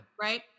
right